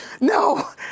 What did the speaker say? no